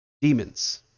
Demons